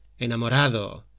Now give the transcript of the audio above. enamorado